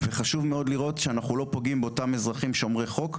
חשוב מאוד לראות שאנחנו לא פוגעים באותם אזרחים שומרי חוק.